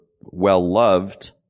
well-loved